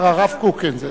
אמר הרב קוק, כן.